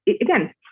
again